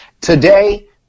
Today